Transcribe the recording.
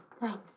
Thanks